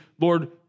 Lord